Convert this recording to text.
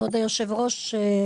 כבוד היושב ראש,